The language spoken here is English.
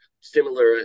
Similar